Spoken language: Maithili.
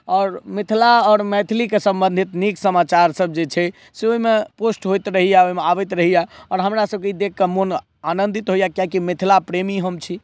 आओर मिथिला आओर मैथिलीकेँ सम्बन्धित नीक समाचार सभ जे छै से ओहिमे पोस्ट होइत रहैया आबैत रहैया आओर हमरा सभके ई देखकऽ मन आनन्दित होइया कियाकि मिथिलाके आदमी हम छी